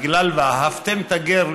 בגלל "ואהבתם את הגר",